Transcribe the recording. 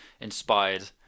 inspired